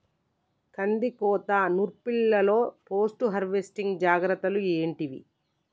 కందికోత నుర్పిల్లలో post harvesting జాగ్రత్తలు ఏంటివి?